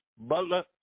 Butler